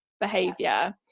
behavior